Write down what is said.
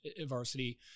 varsity